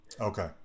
Okay